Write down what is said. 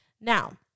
Now